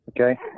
okay